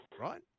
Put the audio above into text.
right